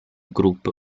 group